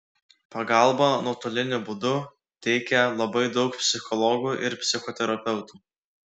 pagalbą nuotoliniu būdu teikia labai daug psichologų ir psichoterapeutų